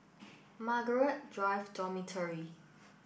Margaret Drive Dormitory